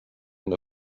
and